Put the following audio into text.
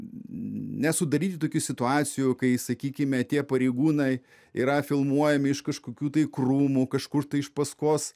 nesudaryti tokių situacijų kai sakykime tie pareigūnai yra filmuojami iš kažkokių tai krūmų kažkur tai iš paskos